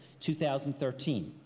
2013